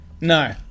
No